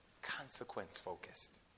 Consequence-focused